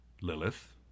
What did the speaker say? Lilith